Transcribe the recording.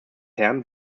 herrn